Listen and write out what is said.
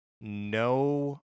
no